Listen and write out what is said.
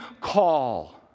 call